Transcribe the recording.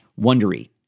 wondery